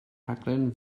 rhaglen